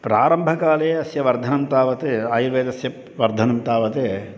प्रारम्भकाले अस्य वर्धनं तावत् आयुर्वेदस्य वर्धनं तावत्